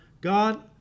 God